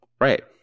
Right